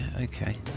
Okay